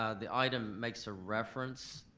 ah the item makes a reference